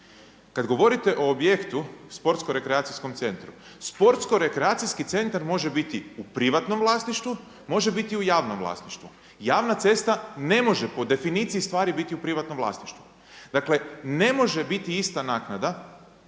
Kad govorite o objektu sportsko-rekreacijskom centru, sportsko-rekreacijski centar može biti u privatnom vlasništvu, može biti u javnom vlasništvu. Javna cesta ne može po definiciji stvari biti u privatnom vlasništvu. Dakle, ne može biti ista naknada